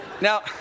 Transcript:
Now